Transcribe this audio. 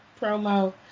Promo